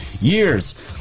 years